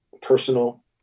personal